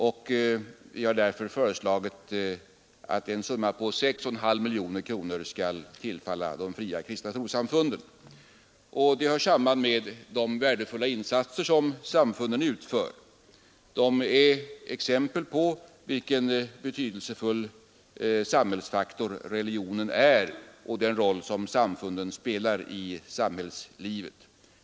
I reservationen 3 b föreslås därför att en summa på 6,5 miljoner kronor skall tillfalla de fria kristna trossamfunden. Motiveringen är de värdefulla insatser samfunden utför. De är exempel på vilken betydelsefull samhällsfaktor religionen är och den roll som samfunden spelar i samhällslivet.